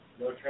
No